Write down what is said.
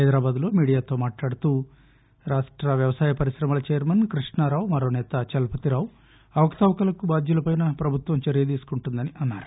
హైదరాబాదులో మీడియాతో మాట్లాడుతూ రాష్ట వ్యవసాయ పరిశ్రమల చైర్మన్ కృష్ణారావ్ మరో సేత చలపతిరావ్ అవకతవకలకు బాధ్యులపైన ప్రభుత్వం చర్య తీసుకుంటుందన్పారు